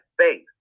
space